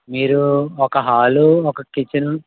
మీరు ఒక హాలు ఒక కిచెను